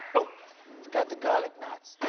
oh forgot the garlic knots!